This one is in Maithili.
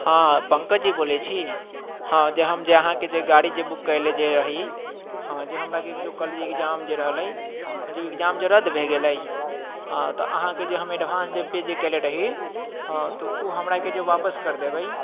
हँ पङ्कज जी बोलैत छी हँ जे हम जे अहाँके जे गाड़ी जे बुक कयने जे रही हँ जे हमराके कल जे एक्जाम जे रहलै हँ जे एक्जाम जे रद्द भऽ गेलै हँ तऽ अहाँकेँ जे हम जे एडवांस पे जे कयने रही हँ तऽ ओ हमराके जे वापस करि देबै